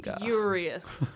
furious